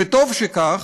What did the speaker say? וטוב שכך,